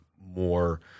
more